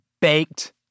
baked